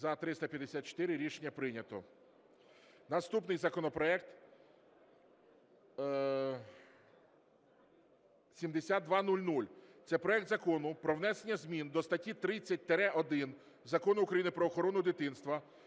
За-354 Рішення прийнято. Наступний законопроект 7200. Це Проект Закону про внесення змін до статті 30-1 Закону України "Про охорону дитинства"